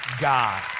God